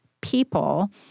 people